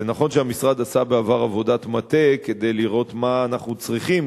זה נכון שהמשרד עשה בעבר עבודת מטה כדי לראות מה אנחנו צריכים,